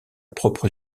propre